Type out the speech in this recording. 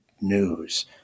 news